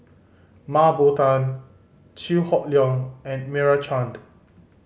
Mah Bow Tan Chew Hock Leong and Meira Chand